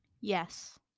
Yes